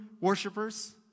worshippers